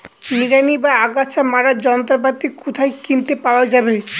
নিড়ানি বা আগাছা মারার যন্ত্রপাতি কোথায় কিনতে পাওয়া যাবে?